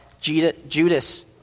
Judas